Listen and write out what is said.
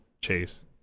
Chase